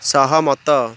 ସହମତ